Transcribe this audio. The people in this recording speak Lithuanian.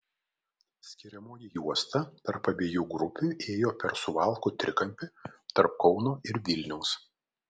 skiriamoji juosta tarp abiejų grupių ėjo per suvalkų trikampį tarp kauno ir vilniaus